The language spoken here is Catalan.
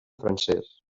francès